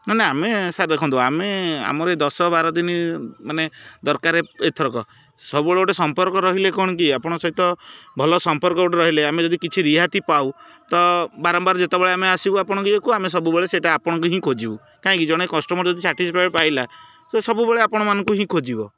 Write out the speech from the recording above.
ମାନେ ଆମେ ସାର୍ ଦେଖନ୍ତୁ ଆମେ ଆମର ଏ ଦଶ ବାର ଦିନ ମାନେ ଦରକାର ଏଥରକ ସବୁବେଳେ ଗୋଟେ ସମ୍ପର୍କ ରହିଲେ କ'ଣ କି ଆପଣ ସହିତ ଭଲ ସମ୍ପର୍କ ଗୋଟେ ରହିଲେ ଆମେ ଯଦି କିଛି ରିହାତି ପାଉ ତ ବାରମ୍ବାର ଯେତେବେଳେ ଆମେ ଆସିବୁ ଆପଣଙ୍କୁକୁ ଆମେ ସବୁବେଳେ ସେଇଟା ଆପଣଙ୍କୁ ହିଁ ଖୋଜିବୁ କାହିଁକି ଜଣେ କଷ୍ଟମର୍ ଯଦି ସାଟିସ୍ଫାଡ଼୍ ପାଇଲା ତ ସବୁବେଳେ ଆପଣମାନଙ୍କୁ ହିଁ ଖୋଜିବ